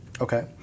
Okay